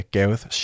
Gareth